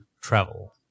travel